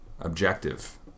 objective